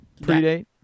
Predate